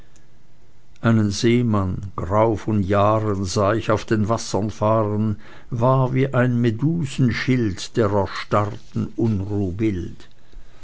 einen seemann grau von jahren sah ich auf den wassern fahren war wie ein medusenschild der erstarrten unruh